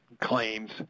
claims